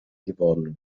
geworden